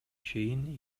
чейин